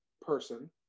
person